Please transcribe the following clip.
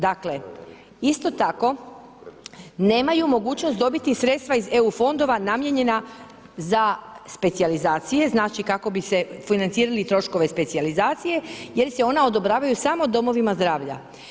Dakle, isto tako nemaju mogućnost dobiti sredstva iz EU fondova namijenjena za specijalizacije znači, kako bi financirali troškove specijalizacije jer se ona odobravaju samo domovima zdravlja.